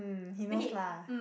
um he knows lah